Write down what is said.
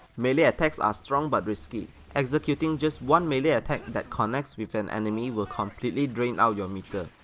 melee attacks are strong but risky. executing just one melee attack that connects with an enemy will completely drain out your meter.